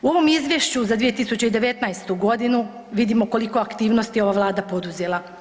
U ovom izvješću za 2019. godinu vidimo koliko je aktivnosti ova Vlada poduzela.